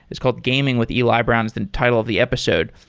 it's called gaming with eli brown is the title of the episode.